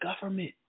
government